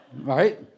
Right